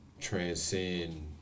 transcend